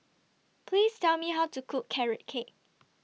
Please Tell Me How to Cook Carrot Cake